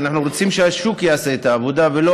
אנחנו רוצים שהשוק יעשה את העבודה ולא